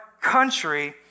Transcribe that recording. country